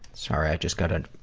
sorry, i just got an,